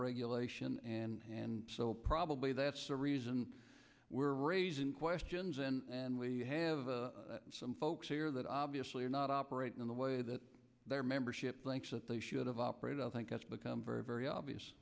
regulation and so probably that's the reason we're raising questions and we have a some folks here that obviously are not operating in the way that their membership thinks that they should have operated i think that's become very very obvious